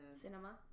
Cinema